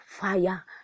fire